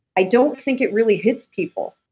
i don't think it really hits people.